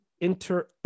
inter